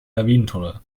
lawinentunnel